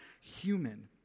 human